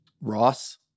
Ross